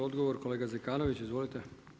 Odgovor kolega Zekanović, izvolite.